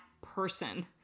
person